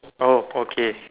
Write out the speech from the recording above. oh okay